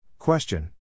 Question